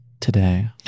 today